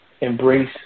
embrace